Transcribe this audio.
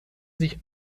sich